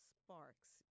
sparks